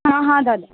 हा हा दादा